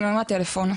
אני מרימה טלפון,